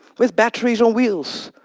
with batteries on wheels,